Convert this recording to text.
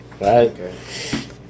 right